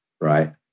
right